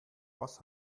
was